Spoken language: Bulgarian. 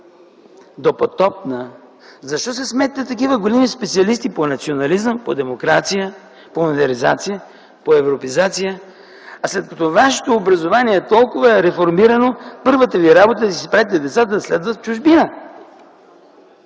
допотопна, защо се смеят на такива големи специалисти по национализъм, по демокрация, по модернизация, по европеизация?! Защо, след като вашето образование е толкова реформирано, първата ви работа е да изпратите децата си да следват